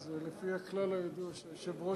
זה לפי הכלל הידוע של היושב-ראש.